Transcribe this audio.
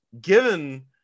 Given